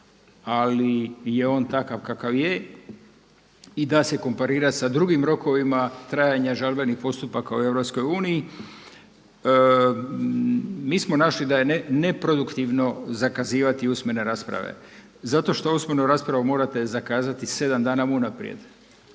ali je on takav kakav je i da se komparirat sa drugim rokovima trajanja žalbenih postupaka u EU. Mi smo našli da je neproduktivno zakazivati usmene rasprave zato što usmenu raspravu morate zakazati 7 dana unaprijed,